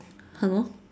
hello